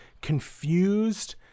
confused